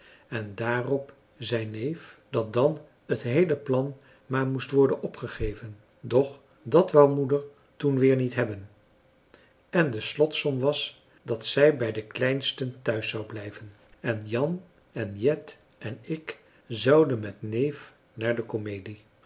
en daarop zei neef dat dan het heele plan maar moest worden opgegeven doch dat wou moeder toen weer niet hebben en de slotsom was dat zij bij de kleinsten thuis zou blijven en jan en jet en ik zouden met neef naar de komedie